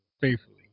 faithfully